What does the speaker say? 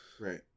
right